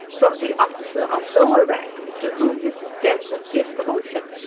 from the officer of lower rank to whom his death would give promotion.